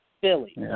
Philly